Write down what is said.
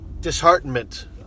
disheartenment